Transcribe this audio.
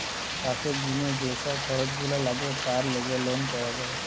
চাষের জিনে যে সব খরচ গুলা লাগে তার লেগে লোন পাওয়া যায়